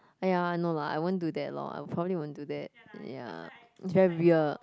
!aiya! I know lah I won't do that lor I probably won't do that ya it's very weird